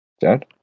Dad